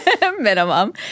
minimum